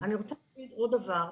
אני רוצה להגיד עוד דבר.